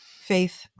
faith